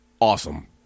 Awesome